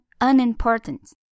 unimportant